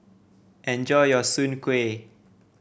enjoy your Soon Kway